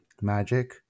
magic